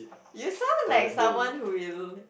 you sound like someone who will